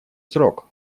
срок